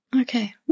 Okay